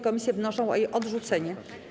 Komisje wnoszą o jej odrzucenie.